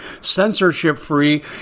censorship-free